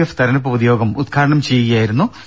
F തെരഞ്ഞെടുപ്പ് പൊതുയോഗം ഉദ്ഘാടനം ചെയ്യുകയായിരുന്നു അദ്ദേഹം